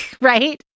right